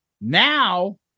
Now